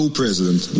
president